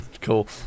Cool